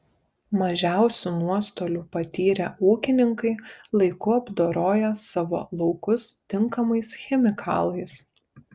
mažiausių nuostolių patyrė ūkininkai laiku apdoroję savo laukus tinkamais chemikalais